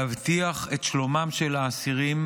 להבטיח את שלומם של האסירים,